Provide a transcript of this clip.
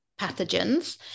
pathogens